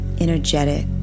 energetic